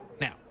Now